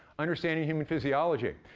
understanding human physiology.